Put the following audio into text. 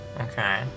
Okay